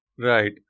Right